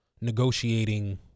negotiating